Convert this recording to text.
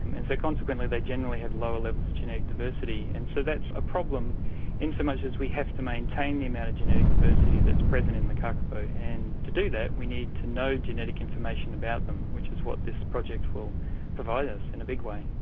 and so consequently they generally have lower levels of genetic diversity. and so that's a problem in so much as we have to maintain the amount of genetic diversity that is present in the kakapo. and to do that we need to know genetic information about them, which is what this project will provide us in a big way.